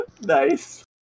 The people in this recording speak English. Nice